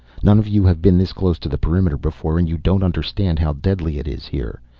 none of you have been this close to the perimeter before and you don't understand how deadly it is here.